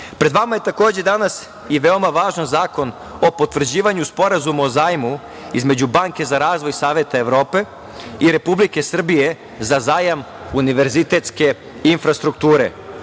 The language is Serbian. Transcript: vama je, takođe, danas i veoma važan Zakon o potvrđivanju Sporazuma o zajmu između Banke za razvoj Saveta Evrope i Republike Srbije za zajam univerzitetske infrastrukture.